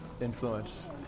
influence